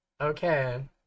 Okay